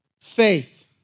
faith